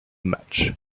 much